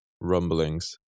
rumblings